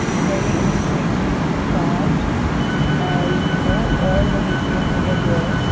very intricately carved and you know all the details are over here